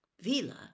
Vila